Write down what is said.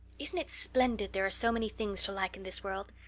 isn't it splendid there are so many things to like in this world?